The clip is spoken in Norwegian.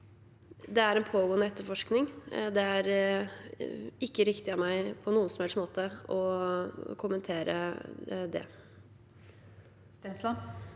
Det er en pågående etterforskning, og det er ikke riktig av meg på noen som helst måte å kommentere det. Sveinung